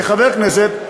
כחבר הכנסת,